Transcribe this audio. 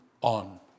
on